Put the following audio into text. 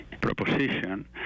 proposition